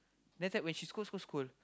that's why when she scold scold scold